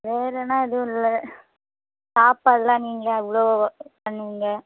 வேறுன்னா எதுவும் இல்லை சாப்பாட்லாம் நீங்கள் எவ்வளோ பண்ணுவிங்க